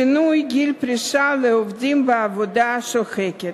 שינוי גיל פרישה לעובדים בעבודה שוחקת).